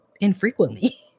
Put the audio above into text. infrequently